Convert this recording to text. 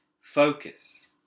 focus